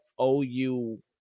OU